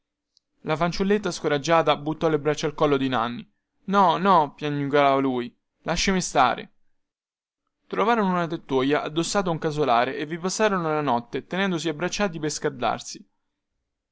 la fanciulletta scoraggiata buttò le braccia al collo di nanni no no piagnucolava lui lasciami stare trovarono una tettoia addossata a un casolare e vi passarono la notte tenendosi abbracciati per scaldarsi